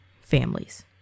families